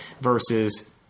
versus